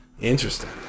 Interesting